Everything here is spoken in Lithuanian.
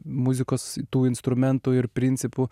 muzikos tų instrumentų ir principų